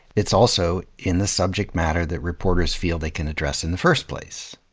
it's also in the subject matter that reporters feel they can address in the first place,